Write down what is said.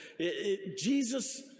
Jesus